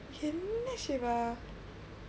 என்ன:enna shiva